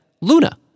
Luna